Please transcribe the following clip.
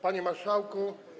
Panie Marszałku!